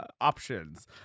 options